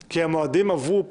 כי המועדים עברו פה.